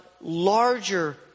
larger